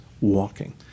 walking